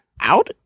out